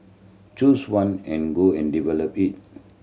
choose one and go and develop it